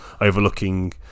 overlooking